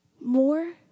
more